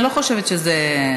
אני לא חושבת שזה,